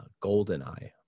GoldenEye